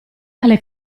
alle